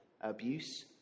abuse